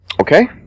Okay